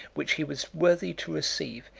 which he was worthy to receive,